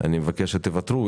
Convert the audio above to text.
אני מבקש שתוותרו.